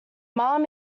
not